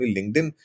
LinkedIn